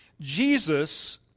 Jesus